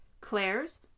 Claire's